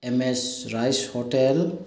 M S rice hotel